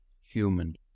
human